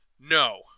No